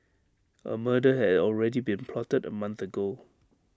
A murder had already been plotted A month ago